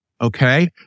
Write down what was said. okay